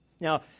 Now